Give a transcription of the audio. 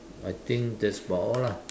I think that's about all lah